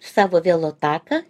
savo vėlo taką